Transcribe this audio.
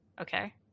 okay